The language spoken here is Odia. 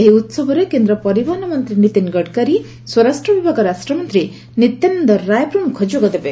ଏହି ଉତ୍ସବରେ କେନ୍ଦ୍ର ପରିବହନ ମନ୍ତ୍ରୀ ନୀତିନ୍ ଗଡ଼କରୀ ସ୍ୱରାଷ୍ଟ୍ର ବିଭାଗ ରାଷ୍ଟ୍ରମନ୍ତ୍ରୀ ନିତ୍ୟାନନ୍ଦ ରାୟ ଯୋଗ ଦେବେ